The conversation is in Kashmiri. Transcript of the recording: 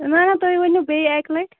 نہَ نہَ تُہۍ ؤنِو بیٚیہِ اَکہِ لَٹہِ